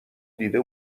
دیده